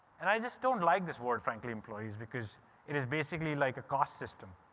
and i just don't like this word, frankly, employees because it is basically like a caste system.